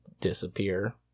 disappear